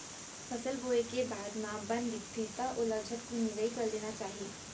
फसल बोए के बाद म बन दिखथे त ओला झटकुन निंदाई कर लेना चाही